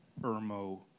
Irmo